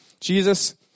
Jesus